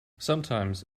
sometimes